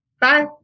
Bye